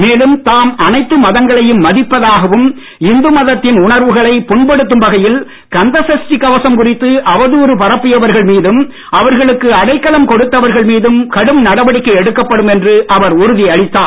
மேலும் தாம் அனைத்து மதங்களையும் மதிப்பதாகவும் இந்து மதத்தின் உணர்வுகளை புண்படுத்தும் வகையில் கந்த சஷ்டி கவசம் குறித்து அவதாறு பரப்பியவர்கள் மீதும் அவர்களுக்கு அடைக்களம் கொடுத்தவர்கள் மீதும் கடும் நடவடிக்கை எடுக்கப்படும் என்று அவர் உறுதியளித்தார்